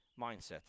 mindset